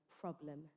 problem